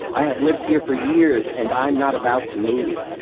i have lived here for years and i'm not about to move.